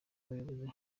bayobozi